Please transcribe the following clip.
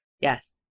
Yes